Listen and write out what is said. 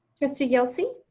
trustee yelsey.